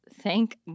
thank